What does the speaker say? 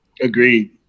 Agreed